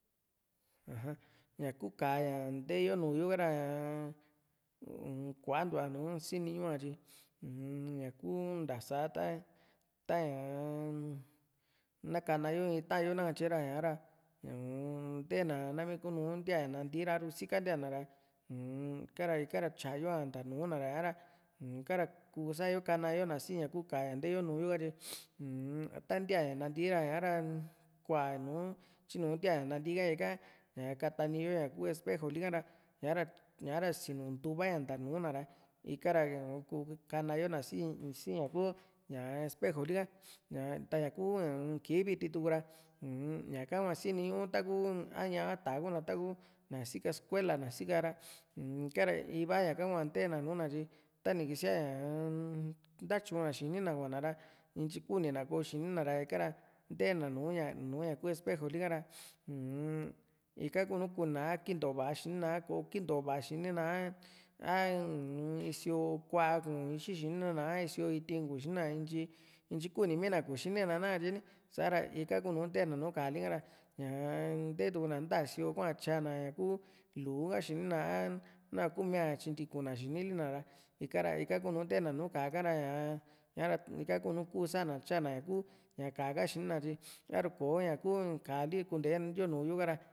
aja ña kuu ka´a nteeyo nùù yo´ka ra kuantua nu sini ñua tyi u-m ñaku ntasa ta ta ñaa na kana yo in taa´yo na katye ra sa´ra um ntee na nami kuunu ntíaa nanti ra a´ru sika ntíaa na ra uu-n ika ra ika ra tya´yo a nta nùù na ha´ra ikara kuu sa´a yo kana yo na sí ñaku ka´a ña ntee yoo nùù yo riu-m ta ntia natii ra ha´ra kuaa nu tyinu ntia nantii ka ña katani yo ñaku spejo li ka ra ña´ra ña´ra sinu ntu´va ña nta nùù na ra ika ra kuu kana yo na sii ñaku a spejoli ka ñaa taña kuu kii viti tuka u-n ñaka hua sini´ñu taku a ñá´a a tá´a kuna ta kuu na sika skuela na sika ra ikara iva ña kuaa ntee na nùù na tyi tani kisia ñaa ntatyuna xini na kuaana ra ntyi kuni na ko´o xinina ra ika ra ntee na nùù ña kuu supejo li ka ra ika kuu nu ntee na a kinto vaá xini na a kò´o kinto va´a xini na a a uu-n sio kú´a kuu xixi xinina a isio ití´n kuu xini na ntyi ntyi kuni mii na kuu xinina nakatye ni sa´ra ika kuu nùù tee na nu Kali ka ra ñaa ntee tukuna nta sío´hua tyana ñakuu luu ha xini a naakuu mia tyintiku na xinili na ra i´kara ikakuu nùù ntee na nu ka´a ka´ra ña´ra ika kuu saa na tyaana ña ku ña ka´a ha xini na tyi a´ru kò´o ña kuu ka´a li kunte yo nuu yo ra